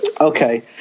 Okay